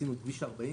עשינו את כביש 40,